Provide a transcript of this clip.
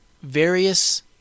various